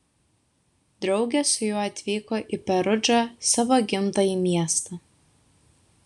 drauge su juo atvyko ir į perudžą savo gimtąjį miestą